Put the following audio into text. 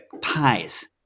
Pies